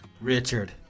Richard